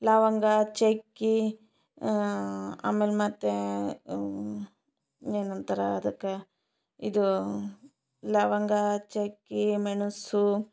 ಲವಂಗ ಚಕ್ಕೆ ಆಮೇಲೆ ಮತ್ತೆ ಏನಂತಾರೆ ಅದಕ್ಕೆ ಇದು ಲವಂಗ ಚಕ್ಕೆ ಮೆಣಸು